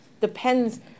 Depends